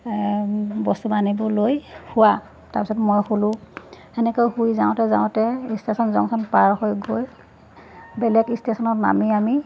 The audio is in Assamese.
বস্তু বাহানিবোৰ লৈ শোৱা তাৰপিছত মই শুলোঁ সেনেকৈ শুই যাওঁতে যাওঁতে ষ্টেশ্যন জংশ্যন পাৰ হৈ গৈ বেলেগ ষ্টেশ্যনত নামি আমি